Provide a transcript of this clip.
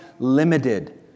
limited